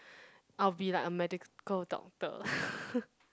I'll be like a medical doctor